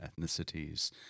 ethnicities